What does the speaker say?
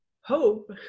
hope